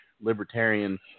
libertarian